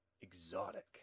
exotic